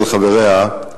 עם חבריה,